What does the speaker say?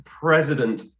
president